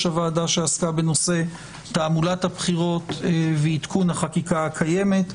הוועדה שעסקה בנושא תעמולת הבחירות ועדכון החקיקה הקיימת,